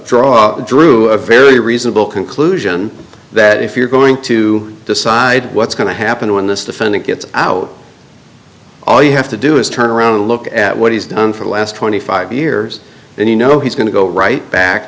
draw drew a very reasonable conclusion that if you're going to decide what's going to happen when this defendant gets out all you have to do is turn around and look at what he's done for the last twenty five years and you know he's going to go right back